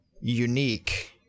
unique